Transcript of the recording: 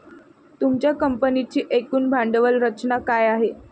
तुमच्या कंपनीची एकूण भांडवल रचना काय आहे?